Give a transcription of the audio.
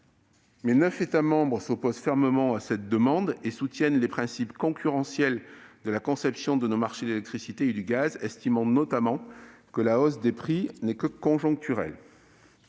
mais neuf États membres s'opposent fermement à cette demande et soutiennent les « principes concurrentiels de la conception de nos marchés de l'électricité et du gaz », jugeant la hausse des prix seulement conjoncturelle.